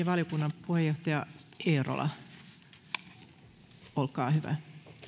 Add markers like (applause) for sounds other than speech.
(unintelligible) valiokunnan puheenjohtaja eerola olkaa hyvä